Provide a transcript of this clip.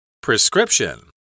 Prescription